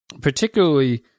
particularly